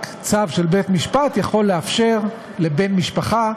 רק צו של בית-משפט יכול לאפשר לבן משפחה,